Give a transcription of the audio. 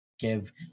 give